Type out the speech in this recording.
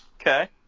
Okay